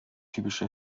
typisch